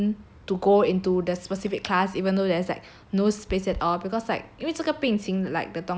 to go into the specific class even though there's like no space at all because like 因为这个病情 like 的东西 right